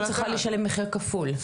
והיא בסוף צריכה לשלם מחיר כפול.